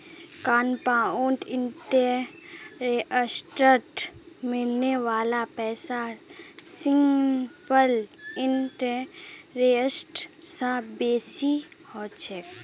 compound इंटरेस्टत मिलने वाला पैसा सिंपल इंटरेस्ट स बेसी ह छेक